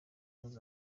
ubumwe